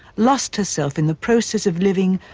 lost herself in the process of living,